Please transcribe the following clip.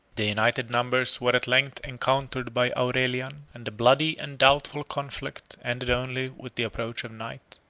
their united numbers were at length encountered by aurelian, and the bloody and doubtful conflict ended only with the approach of night.